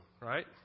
right